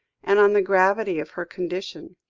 and on the gravity of her condition.